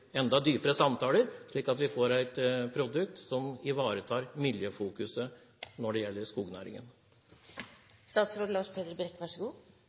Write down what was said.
enda dypere samtaler, slik at vi får et produkt som ivaretar miljøfokuset når det gjelder